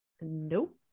Nope